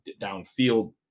downfield